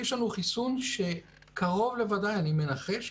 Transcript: יש לנו חיסון שקרוב לוודאי אני מנחש,